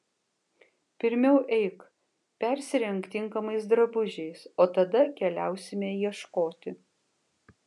pirmiau eik persirenk tinkamais drabužiais o tada keliausime ieškoti